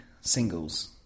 singles